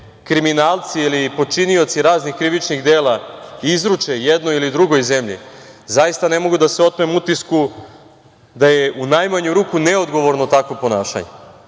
kriminalci ili počinioci raznih krivičnih dela izruče jednoj ili drugoj zemlji, zaista ne mogu da se otmem utisku da je u najmanju ruku neodgovorno takvo ponašanje. Mislim